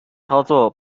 操作